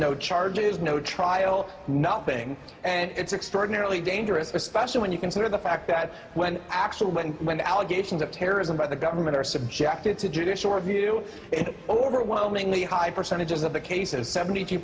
no charges no trial nothing and it's extraordinarily dangerous especially when you consider the fact that when actually when the allegations of terrorism by the government are subjected to judicial review overwhelmingly high percentage of the cases seventy two